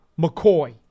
McCoy